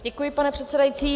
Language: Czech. Děkuji, pane předsedající.